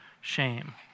shame